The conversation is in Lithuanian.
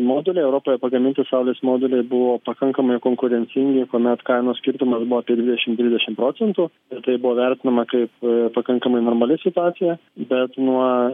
moduliai europoje pagaminti saulės moduliai buvo pakankamai konkurencingi kuomet kainos skirtumas buvo apie dvidešim dvidešim procentų ir tai buvo vertinama kaip pakankamai normali situacija bet nuo